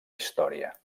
història